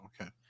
okay